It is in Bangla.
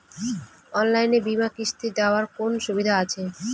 অনলাইনে বীমার কিস্তি দেওয়ার কোন সুবিধে আছে?